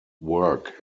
work